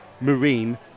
marine